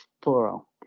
plural